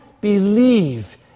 believe